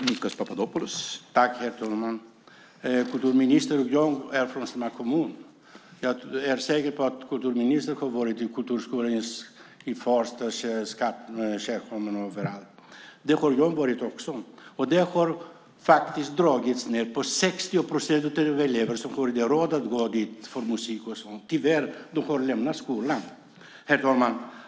Herr talman! Kulturministern och jag är från samma kommun, så jag är säker på att kulturministern har varit i Kulturskolan i Farsta, Skärholmen och överallt. Där har jag också varit. Där har antalet elever som har råd att gå dit för musik och sådant minskat med 60 procent. Tyvärr har de lämnat skolan. Herr talman!